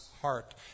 heart